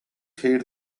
heed